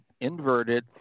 inverted